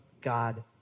God